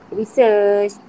research